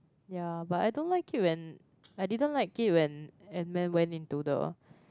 ya but I don't like it when I didn't like it when Ant-man went into the